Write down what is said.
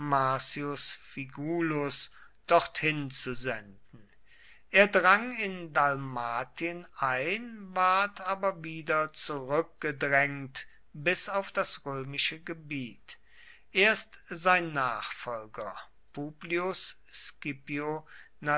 marcius figulus dorthin zu senden er drang in dalmatien ein ward aber wieder zurückgedrängt bis auf das römische gebiet erst sein nachfolger publius